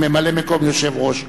ממלא-מקום יושב-ראש הכנסת.